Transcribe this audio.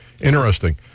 interesting